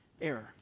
error